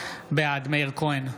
בעד מאיר כהן,